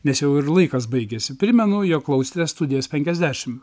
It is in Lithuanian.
nes jau ir laikas baigėsi primenu jog klausėtės studijos penkiasdešim